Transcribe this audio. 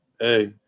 Hey